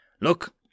Look